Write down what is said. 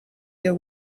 their